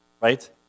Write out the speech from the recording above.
Right